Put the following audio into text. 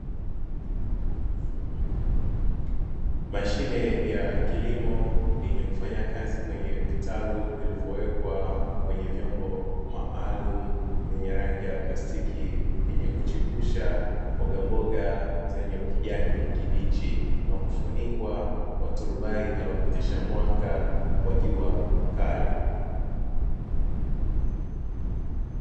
Mashine ya kilimo yenye kufanya kazi kwenye vitalo vilivyowekwa kwenye vyombo maalum vyenye rangi ya plastiki, vyenye kuchipusha mboga mboga zenye ukijani kibichi na kufunikwa kwa turubai linalopitisha mwanga wa jua kali.